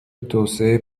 توسعه